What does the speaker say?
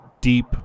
deep